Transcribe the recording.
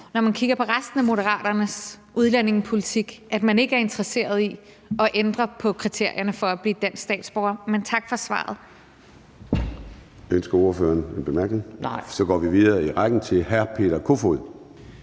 når jeg kigger på resten af Moderaternes udlændingepolitik, at man ikke er interesseret i at ændre på kriterierne for at blive dansk statsborger. Men tak for svaret.